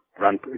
run